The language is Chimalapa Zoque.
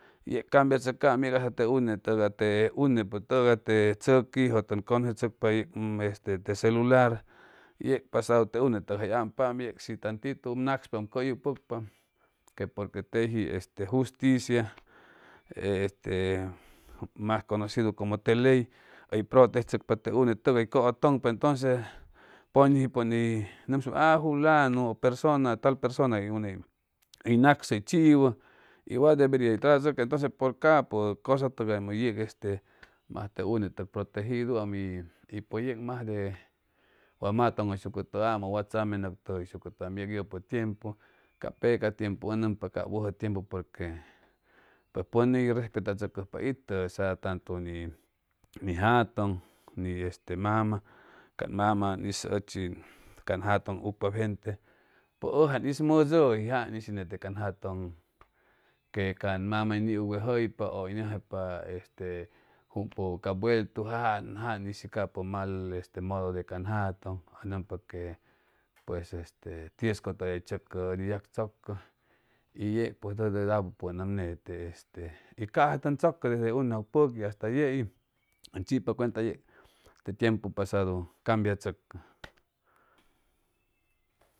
Yeg cambiachʉcaam yeg te une tʉgay te unepʉ tʉgay te tzʉquijʉ tʉn cʉnʉcechʉcpa yeg este te celular yeg pasadu te unetʉgas hʉy ampaam yeg shi tantitu ʉm nakspa ʉm kʉ yuycpʉcpa que porque teji este justicia e este mas conocidu como te ley hʉy prʉtejechʉcpa te unetʉgay cʉʉtʉŋpa entonces pʉñʉji pʉni nʉmsucpa a fulanu u persona tal persona hʉy une hʉy naksʉ hʉy chiwʉ y wat deberia hʉy tratachʉcʉ entonces por cap cosa tʉgaymʉ yeg este mas te unetʉg protejiduam y pues yeg masde wa matʉŋhʉyshucʉtʉaam u wa tzame nʉctʉjʉhʉyshucʉtʉaam y tʉpʉy tiempu ca peca tiempu nʉmpa cap wʉjʉtiempu porque pʉj pʉn ney respetachʉcʉjpa itʉ tantu ni jatʉŋ y este mama can mama ʉn hizʉ ʉchi can jatʉŋ ucpap gente pʉj ʉ jan hiz mʉdʉi jan ishi nete can jatʉŋ con que can mama hʉy niuwejʉypa ʉ hʉy nʉmjaypa este jum pʉwʉ vueltu jan jan ishi capʉ mal este mʉdʉ de can jatʉŋ nʉmpa que pues este tiuscʉtʉya hʉy tzʉcʉ ʉdi yag tzʉcʉ y yeg pues ʉd net apupʉnam nete este y ca'sa tʉn tzʉcʉ desde unejʉjpʉqui hasta yei ʉn chipa cuenta yeg te tiempu pasadu cambiachʉcʉ